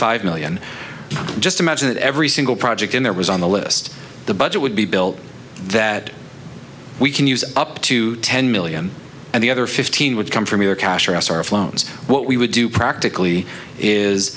five million just imagine that every single project in there was on the list the budget would be built that we can use up to ten million and the other fifteen would come from either cash or us or if loans what we would do practically is